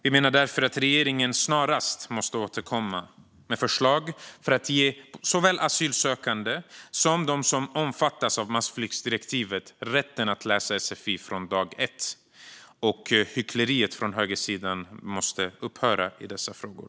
Vi menar därför att regeringen snarast måste återkomma med förslag om att ge såväl asylsökande som dem som omfattas av massflyktsdirektivet rätt att läsa sfi från dag ett. Hyckleriet från högersidan måste upphöra i dessa frågor.